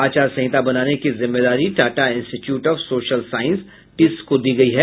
आचार संहिता बनाने की जिम्मेदारी Tata institute of social science TISS को दी गयी है